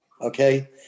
Okay